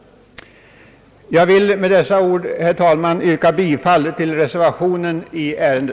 Jag vill med dessa ord, herr talman, yrka bifall till reservationen i detta ärende.